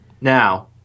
Now